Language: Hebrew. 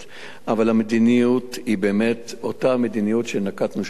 אבל המדיניות היא באמת אותה מדיניות שנקטנו בשנה שעברה,